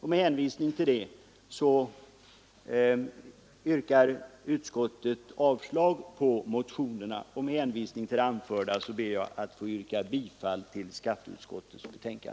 Med hänvisning härtill yrkar utskottsmajoriteten avslag på motionerna. Med åberopande av det anförda ber jag att få yrka bifall till skatteutskottets hemställan.